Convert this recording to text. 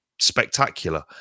spectacular